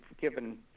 given